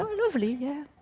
um lovely, yeah.